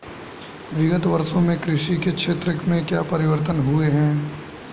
विगत वर्षों में कृषि के क्षेत्र में क्या परिवर्तन हुए हैं?